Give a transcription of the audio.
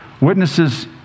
witnesses